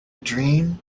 dream